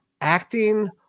acting